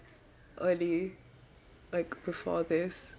early like before this